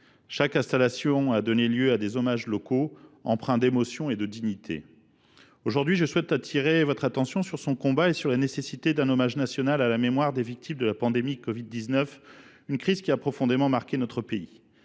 Chaque installation a donné lieu à des hommages locaux, empreints d’émotion et de dignité. Aujourd’hui, je souhaite appeler votre attention sur son combat et sur la nécessité de prévoir un hommage national à la mémoire des victimes de la pandémie de covid 19, une crise qui a profondément marqué notre pays.